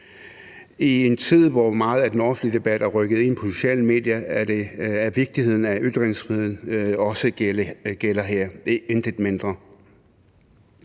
I en tid, hvor meget af den offentlige debat er rykket ind på de sociale medier, er vigtigheden af, at ytringsfriheden også gælder her,